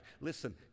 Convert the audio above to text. Listen